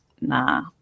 nah